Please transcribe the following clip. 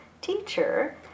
teacher